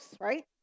right